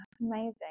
amazing